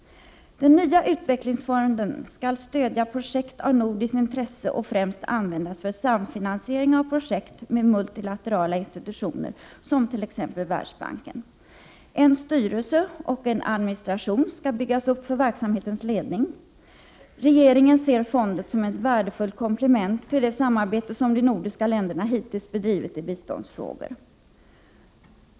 Den nya utvecklingsfonden skall stödja projekt av nordiskt intresse och främst användas för samfinansiering av projekt med multilaterala institutioner som t.ex. Världsbanken. En styrelse och en administration skall byggas upp för verksamhetens ledning. Regeringen ser fonden som ett värdefullt komplement till det samarbete som de nordiska länderna hittills bedrivit i biståndsfrågor.